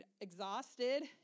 exhausted